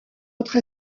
autre